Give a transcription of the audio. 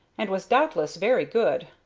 and was doubtless very good,